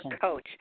coach